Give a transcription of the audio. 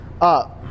up